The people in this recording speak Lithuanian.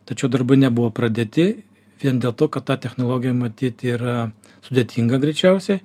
tačiau darbai nebuvo pradėti vien dėl to kad ta technologija matyt yra sudėtinga greičiausiai